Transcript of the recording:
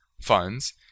funds